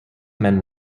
men